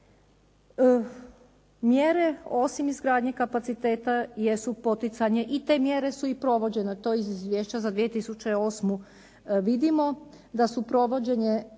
Mjere osim izgradnje kapaciteta jesu poticanje i te mjere su i provođene, to iz izvješća za 2008. vidimo da su provođene